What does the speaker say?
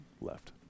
left